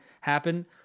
happen